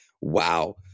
Wow